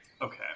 Okay